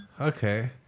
Okay